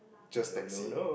just taxi